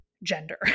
gender